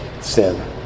sin